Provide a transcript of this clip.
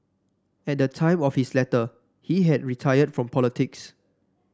at the time of his letter he had retired from politics